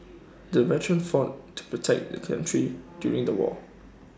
the veteran fought to protect the country during the war